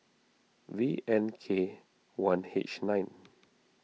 V N K one H nine